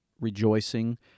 rejoicing